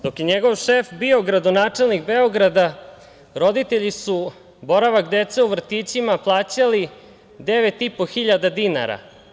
Dok je njegov šef bio gradonačelnik Beograda roditelji su boravak dece u vrtićima plaćali 9.500 dinara.